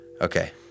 Okay